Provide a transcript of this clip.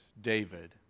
David